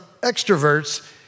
extroverts